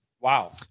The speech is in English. Wow